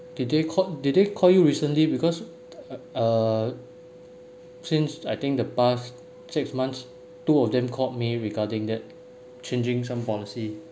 did they caught did they call you recently because uh since I think the past six months two of them caught me regarding that changing some policy